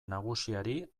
nagusiari